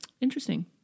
interesting